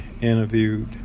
interviewed